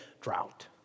drought